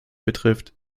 betrifft